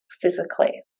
physically